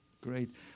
Great